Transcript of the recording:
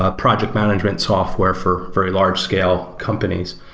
ah project management software for very large scale companies.